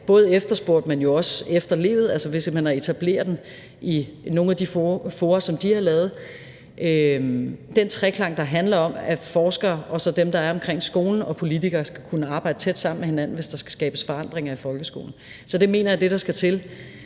har efterspurgt, men jo også efterlevet ved simpelt hen at etablere den i nogle af de fora, som de har lavet – den treklang, der handler om, at forskere og dem, der er omkring skolen, og politikere skal kunne arbejde tæt sammen med hinanden, hvis der skal skabes forandringer i folkeskolen. Så jeg mener, det er det, der skal til.